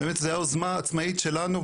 זה היה יוזמה עצמאית שלנו,